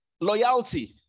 loyalty